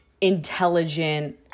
intelligent